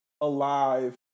alive